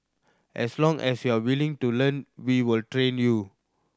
as long as you're willing to learn we will train you